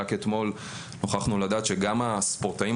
רק אתמול נוכחנו לדעת שגם הספורטאים